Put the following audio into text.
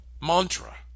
mantra